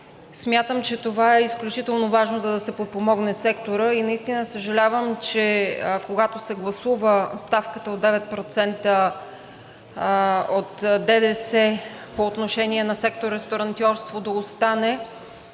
Смятам, че това е изключително важно, за да се подпомогне секторът и наистина съжалявам, че когато се гласува ставката от 9% от ДДС по отношение на сектор „Ресторантьорство“ да остане